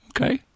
okay